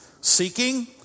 Seeking